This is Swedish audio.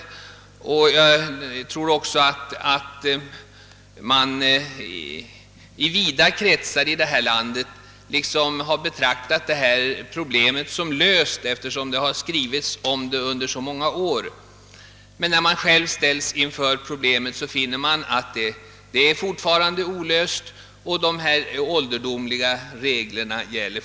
Jag tror att man i vida kretsar här i landet har trott att detta problem är löst, eftersom det har skrivits om saken under så många år. Men när människor själva ställs inför problemet, finner de att det fortfarande inte är löst och att de ålderdomliga reglerna alltjämt gäller.